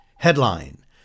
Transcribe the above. Headline